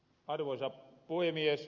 arvoisa puhemies